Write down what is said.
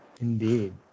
Indeed